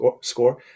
score